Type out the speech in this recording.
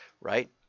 right